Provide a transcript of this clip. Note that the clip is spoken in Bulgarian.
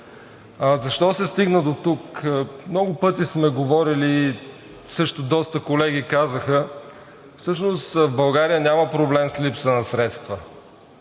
Защо се стигна дотук? Много пъти сме говорили и доста колеги казаха – всъщност в България няма проблем с липса на средства,